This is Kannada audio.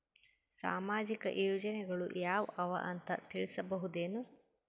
ಸಾಮಾಜಿಕ ಯೋಜನೆಗಳು ಯಾವ ಅವ ಅಂತ ತಿಳಸಬಹುದೇನು?